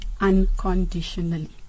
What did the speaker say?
unconditionally